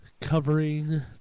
covering